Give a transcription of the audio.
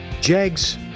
Jags